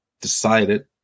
decided